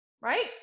right